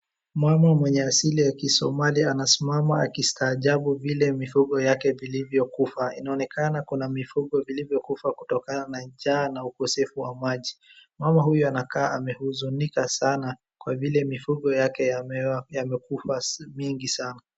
Mama mwenye asili ya kisomali anasimama akistaajabu vile mifugo yake vilivyokufa. Inaonekana kuna mifugo vilivyokufa kutokana na njaa na ukosefu wa maji. Mama huyu anakaa amehuzunika sana kwa vile mifugo yake yamekufa mingi sana.